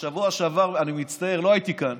בשבוע שעבר, אני מצטער, לא הייתי כאן